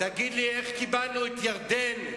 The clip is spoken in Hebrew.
תגיד לי איך קיבלנו את ירדן,